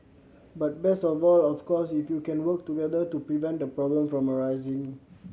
but best of all of course if you can work together to prevent the problem from arising